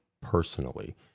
personally